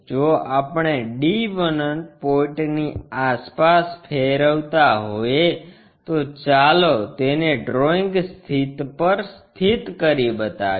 જો આપણે d 1 પોઇન્ટની આસપાસ ફેરવતા હોઈએ તો ચાલો તેને ડ્રોઇંગ શીટ પર સ્થિત કરી બતાવીએ